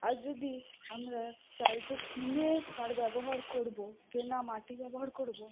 আর যদি আমরা চাই যে কিনে সার ব্যবহার করবো কেনা মাটি ব্যবহার করবো